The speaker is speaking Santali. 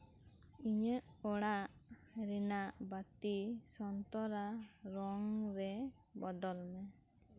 ᱤᱧᱟᱹᱜ ᱚᱲᱟᱜ ᱨᱮᱱᱟᱜ ᱵᱟᱹᱛᱤ ᱥᱚᱱᱛᱚᱨᱟ ᱨᱚᱝ ᱨᱮ ᱵᱚᱫᱚᱞ ᱢᱮ